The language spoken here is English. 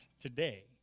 today